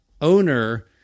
owner